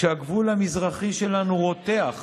כשהגבול המזרחי שלנו רותח